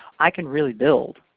i can really build.